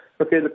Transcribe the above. Okay